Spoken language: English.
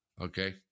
Okay